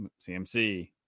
CMC